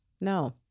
no